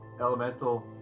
elemental